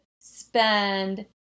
spend